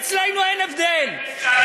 אצלנו אין הבדל.